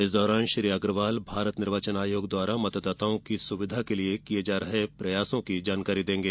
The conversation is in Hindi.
इस दौरान श्री अग्रवाल भारत निर्वाचन आयोग द्वारा मतदाताओं की सुविधा के लिए किये जा रहे प्रयासों की जानकारी देंगे